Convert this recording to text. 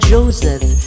Joseph